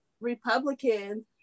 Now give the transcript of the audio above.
Republicans